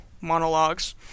monologues